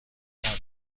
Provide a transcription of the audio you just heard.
نداره